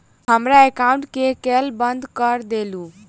हमरा एकाउंट केँ केल बंद कऽ देलु?